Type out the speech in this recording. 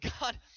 God